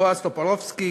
בועז טופורובסקי,